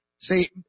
See